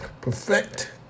perfect